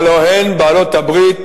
הלוא הן בעלות הברית